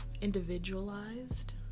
Individualized